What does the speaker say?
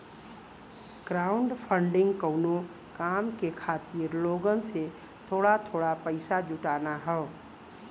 crowdfunding कउनो काम के खातिर लोगन से थोड़ा थोड़ा पइसा जुटाना हौ